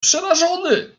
przerażony